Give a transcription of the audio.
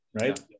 Right